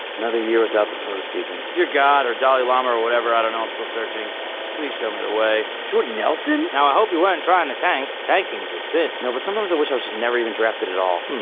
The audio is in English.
another year without the postseason, dear god, or the dalai lama or whatever, i don't know, i'm still searching please show me the way. jordy nelson! now i hope you weren't trying to tank. tanking's a sin. no, but sometimes i wish i was just never even drafted at all.